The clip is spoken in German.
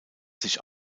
sich